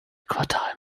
quartal